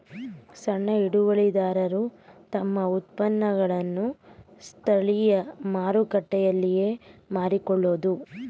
ಸಣ್ಣ ಹಿಡುವಳಿದಾರರು ತಮ್ಮ ಉತ್ಪನ್ನಗಳನ್ನು ಸ್ಥಳೀಯ ಮಾರುಕಟ್ಟೆಯಲ್ಲಿಯೇ ಮಾರಿಕೊಳ್ಳಬೋದು